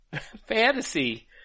fantasy